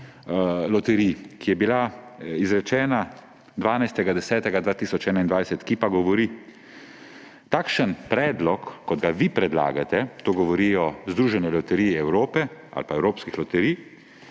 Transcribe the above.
loterij, ki je bila izrečena 12. 10. 2021, ki pa govori: »Takšen predlog, kot ga vi predlagate,« to govori Združenje evropskih loterij,